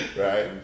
Right